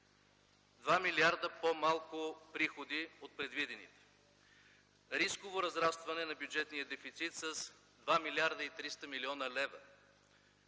2 милиарда по-малко приходи от предвидените; рисково разрастване на бюджетния дефицит с 2 млрд. 300 млн. лв.